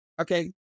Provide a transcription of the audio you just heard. Okay